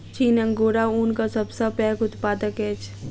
चीन अंगोरा ऊनक सब सॅ पैघ उत्पादक अछि